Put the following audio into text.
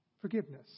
forgiveness